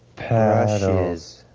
paddles.